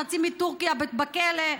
חצי מטורקיה בכלא.